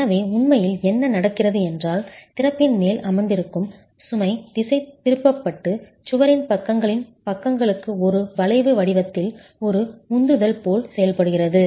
எனவே உண்மையில் என்ன நடக்கிறது என்றால் திறப்பின் மேல் அமர்ந்திருக்கும் சுமை திசைதிருப்பப்பட்டு சுவரின் பக்கங்களின் பக்கங்களுக்கு ஒரு வளைவு வடிவத்தில் ஒரு உந்துதல் போல் செயல்படுகிறது